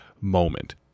moment